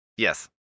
Yes